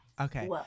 okay